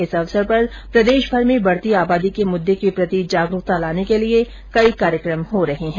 इस अवसर पर प्रदेशभर में बढती आबादी के मुद्दे के प्रति जागरूकता लाने के लिये कई कार्यकम हो रहे है